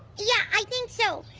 yeah i think so.